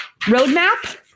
roadmap